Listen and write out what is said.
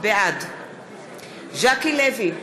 בעד ז'קי לוי,